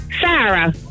Sarah